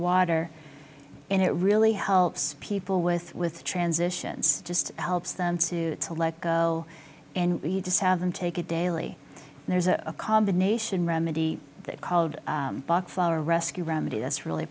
water and it really helps people with with transitions just helps them to to let go and we just have them take a daily there's a combination remedy that called bach flower rescue remedy that's really